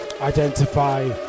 Identify